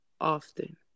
often